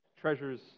treasures